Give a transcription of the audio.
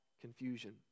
confusion